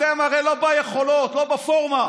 אתם הרי לא ביכולות, אבל הוא